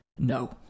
No